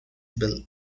bill